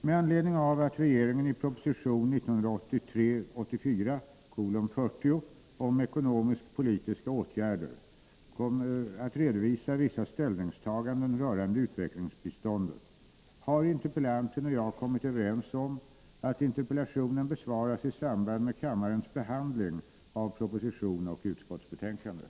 Med anledning av att regeringen i proposition 1983/84:40 om ekonomisk-politiska åtgärder kommer att redovisa vissa ställningstaganden rörande utvecklingsbiståndet, har interpellanten och jag kommit överens om att interpellationen besvaras i samband med kammarens behandling av propositionen och utskottsbetänkandet.